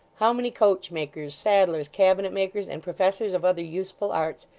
how many coachmakers, saddlers, cabinet-makers, and professors of other useful arts,